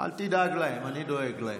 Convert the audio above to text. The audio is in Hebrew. אל תדאג להם, אני דואג להם.